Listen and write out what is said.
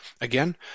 Again